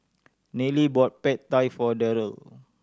Nealie bought Pad Thai for Darryle